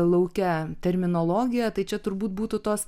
lauke terminologiją tai čia turbūt būtų tos